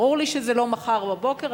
ברור לי שזה לא מחר בבוקר,